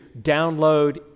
download